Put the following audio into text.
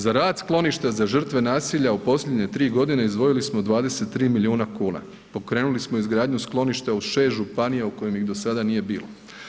Za rad skloništa za žrtve nasilja u posljednje tri godine izdvojili smo 23 milijuna kuna, pokrenuli smo izgradnju skloništa u 6 županija u kojim ih do sada nije bilo.